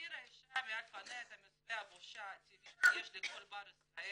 "הסירה האישה מעל פניה את מסווה הבושה הטבעי שיש לכל בת ישראל,